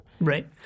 Right